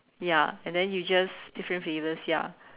ya and then you just different flavours ya